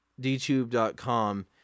DTube.com